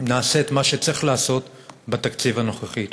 נעשה את מה שצריך לעשות בתקציב הנוכחי.